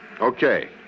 Okay